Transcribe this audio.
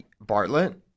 Bartlett